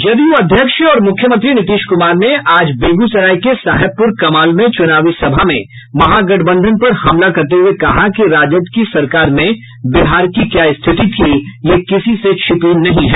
जदयू अध्यक्ष और मुख्यमंत्री नीतीश कुमार ने आज बेगूसराय के साहेबपुर कमाल में चुनावी सभा में महागठबंधन पर हमला करते हुये कहा कि राजद की सरकार में बिहार की क्या स्थिति थी ये किसी से छिपी नहीं है